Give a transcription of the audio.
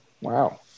Wow